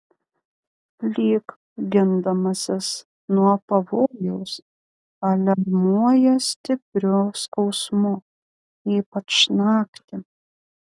lyg gindamasis nuo pavojaus aliarmuoja stipriu skausmu ypač naktį